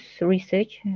research